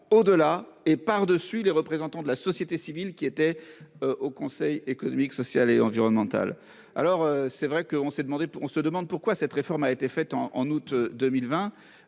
au-delà et par dessus les représentants de la société civile qui était. Au Conseil économique, social et environnemental. Alors c'est vrai que on s'est demandé on se demande pourquoi cette réforme a été faite en en août 2020.